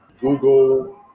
Google